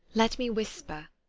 let me whisper,